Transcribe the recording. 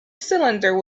cylinder